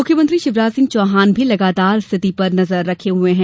मुख्यमंत्री शिवराज सिंह चौहान भी लगातार स्थिति पर नजर रखें हुये हैं